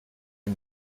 die